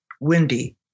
windy